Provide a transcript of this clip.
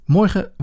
Morgen